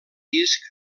disc